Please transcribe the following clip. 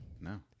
no